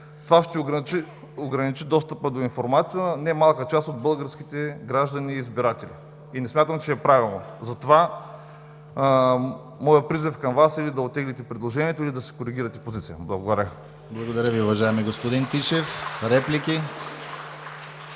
това ще ограничи достъпа до информация на немалка част от българските граждани и избиратели и не смятам, че е правилно. Затова моят призив към Вас е или да оттеглите предложението, или да си коригирате позицията. Благодаря. (Ръкопляскания от